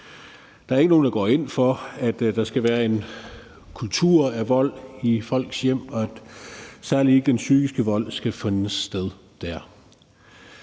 Der er ikke nogen, der går ind for, at der skal være vold i folks hjem, og særlig ikke at der finder psykisk vold sted der.